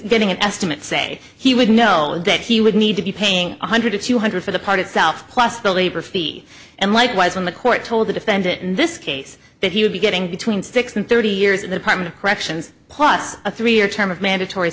getting an estimate say he would know that he would need to be paying one hundred or two hundred for the part itself plus the labor fee and likewise when the court told the defendant in this case that he would be getting between six and thirty years in the part of the corrections plus a three year term of mandatory